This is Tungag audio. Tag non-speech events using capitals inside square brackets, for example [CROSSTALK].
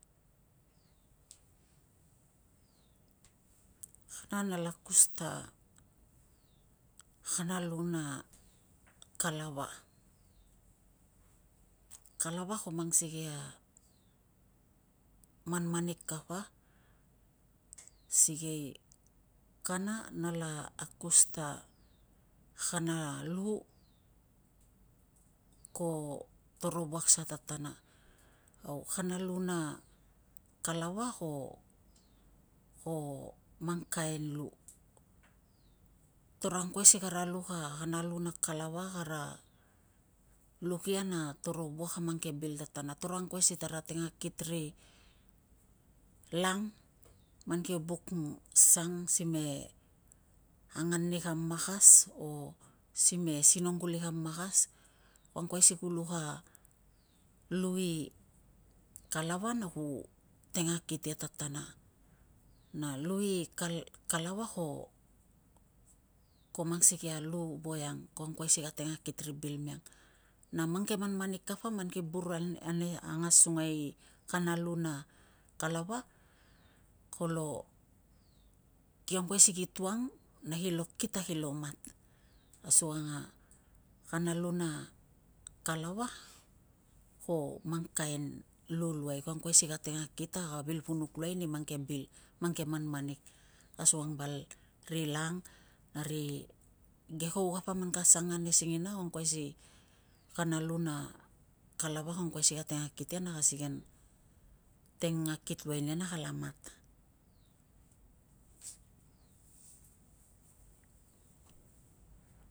Kana na akus ta kana lu na kalava. Kalava ko mang sikei a manmanik kapa, sikei kana nala akus ta kana lu. [HESITATION] toro wuak sa tatana. Au kana lu na kalava ko [HESITATION] mang kain lu, toro angkuai si kara luk kana lu na kalava, kara luk ia na toro wuak a mang ke bil tatana. Toro angkuai si tara teng akit ri lang man kio buk sang sime angan ni kam makas, o sime sinong kuli kam makas. Ku angkuai si ku luk a lu i kalava na ku teng akit ia tatana na lu i kalava ko mang sikei a lu voiang ko angkuai si ka teng akit ri bil miang. Na mang ke manmanik kapa man ki bur [HESITATION] angasungai i kana lu na kalava kolo ki angkuai si ki tuang na ko kit na kilo mat. Asukang na kana lu na kalava ko mang kain lu luai. ka angkuai si ka teng akit a ka vilpunuk luai ni mang ke bil- mang ke manmanik asukang val ri lang na ri geko. Kapa man ka sang ane singina, ko angkuai si kara lu na kalava ko angkuai si ka teng akit ia na ka siken teng akit luai nia na kala mat.